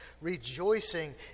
rejoicing